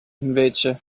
invece